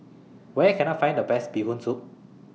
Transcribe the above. Where Can I Find The Best Bee Hoon Soup